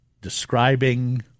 describing